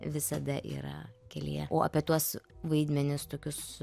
visada yra kelyje o apie tuos vaidmenis tokius